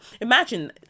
Imagine